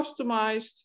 customized